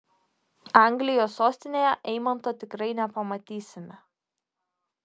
anglijos sostinėje eimanto tikrai nepamatysime